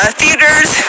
theaters